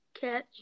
catch